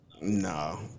No